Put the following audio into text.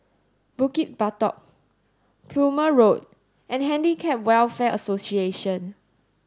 Bukit Batok Plumer Road and Handicap Welfare Association